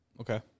Okay